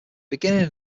beginning